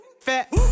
fat